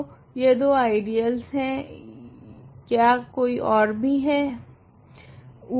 तो यह दो आइडियल है क्या कोई ओर भी है